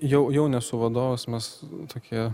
jau jau nesu vadovas mes tokie